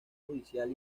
judicial